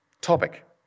topic